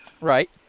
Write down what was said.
Right